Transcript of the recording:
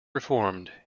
reformed